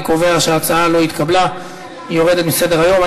אני קובע שההצעה לא התקבלה, והיא יורדת מסדר-היום.